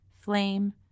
flame